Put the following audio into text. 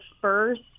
first